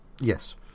Yes